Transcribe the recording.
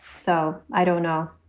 so i don't know